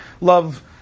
love